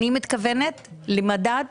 אני מתכוונת למדד